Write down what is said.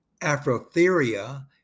Afrotheria